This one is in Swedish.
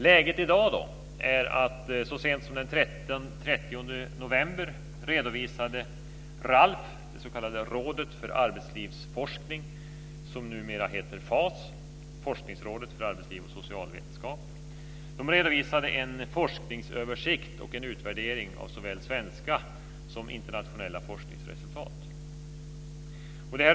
Läget i dag är att så sent som den 30 november redovisade RALF, Rådet för arbetslivsforskning, som numera heter FAS, Forskningsrådet för arbetsliv och socialvetenskap, en forskningsöversikt och en utvärdering av såväl svenska som internationella forskningsresultat.